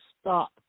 stop